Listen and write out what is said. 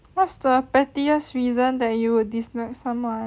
what's the pettiest reason that you would dislike someone